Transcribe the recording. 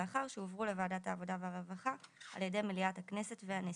לאחר שעברו לוועדת העבודה והרווחה על ידי מליאת הכנסת והנשיאות.